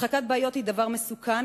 הדחקת בעיות היא דבר מסוכן,